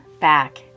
back